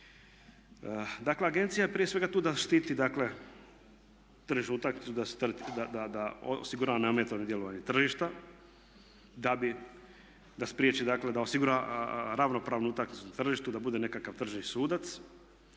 Dakle, agencija je prije svega tu da štiti, dakle tržišnu utakmicu da osigura neometano djelovanje tržišta, da spriječi dakle da osigura ravnopravnu utakmicu na tržištu, da bude nekakav tržni sudac.